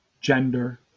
gender